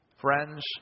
friends